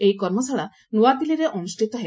ଏହି କର୍ମଶାଳା ନ୍ତଆଦିଲ୍ଲୀରେ ଅନୁଷ୍ଠିତ ହେବ